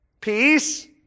peace